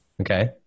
Okay